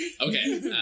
Okay